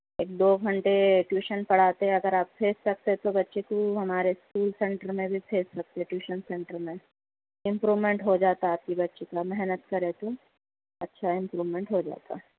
ایک دو گھنٹے ٹیوشن پڑھاتے اگر آپ بھیج سکتے تو بچے کو ہمارے اسکول سینٹر میں بھی بھیج سکتے ٹیوشن سینٹر میں امپرومنٹ ہو جاتا آپ کی بچی کا محنت کرے تو اچھا امپرومنٹ ہو جاتا